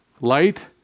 light